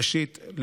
ראשית,